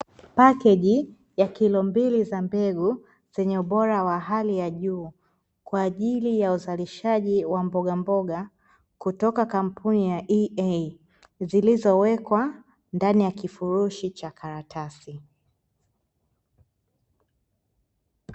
Pakeji ya kilo mbili za mbegu, zenye ubora wa hali ya juu, kwa ajili ya uzalishaji wa mbogamboga, kutoka kampuni ya "EA", zilizowekwa ndani ya kifurushi cha karatasi.